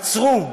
עצרו,